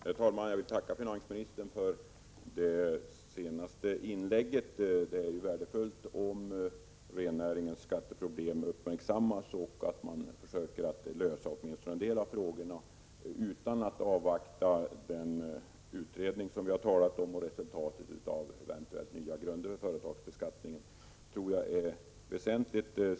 Herr talman! Jag vill tacka finansministern för det senaste inlägget. Det är värdefullt att rennäringens skatteproblem uppmärksammas och att man försöker lösa åtminstone en del av frågorna utan att avvakta den utredning som vi har talat om och dess resultat, eventuellt i form av nya grunder för företagsbeskattningen. Jag tror att detta är väsentligt.